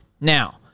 Now